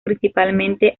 principalmente